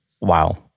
Wow